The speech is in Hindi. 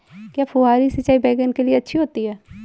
क्या फुहारी सिंचाई बैगन के लिए अच्छी होती है?